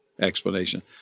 explanation